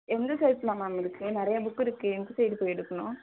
எந்த சைட்ஸ்சில் மேம் இருக்குது நிறையா புக்கு இருக்குது எந்த சைடு போய் எடுக்கணும்